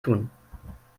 tun